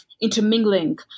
intermingling